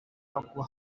agwa